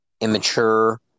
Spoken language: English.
immature